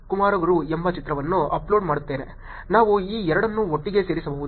ಕುಮಾರಗುರು ಎಂಬ ಚಿತ್ರವನ್ನು ಅಪ್ಲೋಡ್ ಮಾಡುತ್ತೇನೆ ನಾವು ಈ ಎರಡನ್ನು ಒಟ್ಟಿಗೆ ಸೇರಿಸಬಹುದೇ